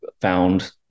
found